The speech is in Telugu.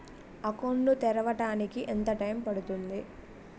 అకౌంట్ ను తెరవడానికి ఎంత టైమ్ పడుతుంది?